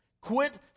Quit